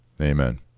amen